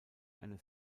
eine